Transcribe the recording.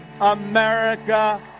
America